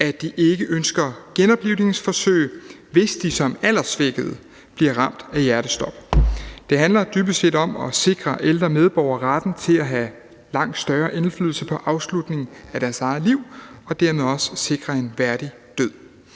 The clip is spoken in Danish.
at de ikke ønsker genoplivningsforsøg, hvis de som alderssvækkede bliver ramt af hjertestop. Det handler dybest set om at sikre ældre medborgere retten til at have langt større indflydelse på afslutningen af deres eget liv og dermed også en værdig død.